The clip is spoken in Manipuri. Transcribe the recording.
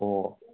ꯑꯣ